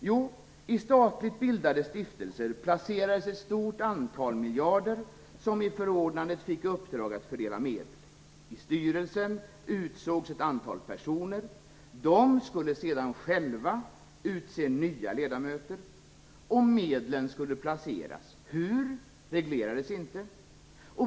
Jo, i statligt bildade stiftelser placerades ett stort antal miljarder. I förordnandet fick de i uppdrag att fördela medel. I styrelsen utsågs ett antal personer. De skulle sedan själva utse nya ledamöter. Medlen skulle placeras - hur reglerades inte.